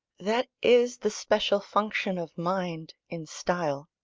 that is the special function of mind, in style.